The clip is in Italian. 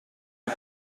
del